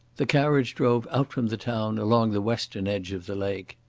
the carriage drove out from the town along the western edge of the lake.